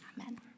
Amen